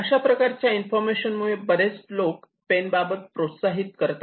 अशा प्रकारच्या इन्फॉर्मेशन मुळे बरेच लोक पेन बाबत प्रोत्साहित करत आहेत